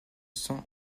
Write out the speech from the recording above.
cents